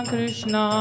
Krishna